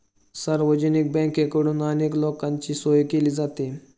सार्वजनिक बँकेकडून अनेक लोकांची सोय केली जाते